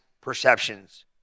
perceptions